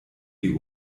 die